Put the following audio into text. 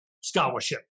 scholarship